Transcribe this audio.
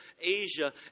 Asia